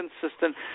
consistent